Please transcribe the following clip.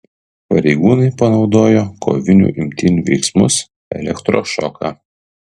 pareigūnai panaudojo kovinių imtynių veiksmus elektrošoką